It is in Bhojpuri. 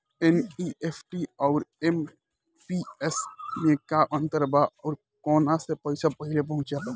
एन.ई.एफ.टी आउर आई.एम.पी.एस मे का अंतर बा और आउर कौना से पैसा पहिले पहुंचेला?